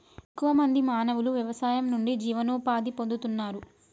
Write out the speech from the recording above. ఎక్కువ మంది మానవులు వ్యవసాయం నుండి జీవనోపాధి పొందుతున్నారు